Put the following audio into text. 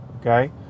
Okay